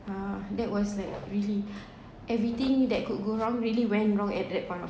uh that was like really everything that could go wrong really went wrong at that point of